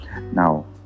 now